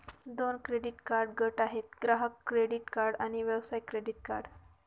दोन credit card गट आहेत, ग्राहक क्रेडिट कार्ड आणि व्यवसाय क्रेडिट कार्ड